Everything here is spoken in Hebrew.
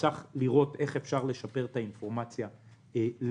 צריך לראות איך אפשר לשפר את האינפורמציה לעסקים.